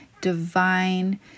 divine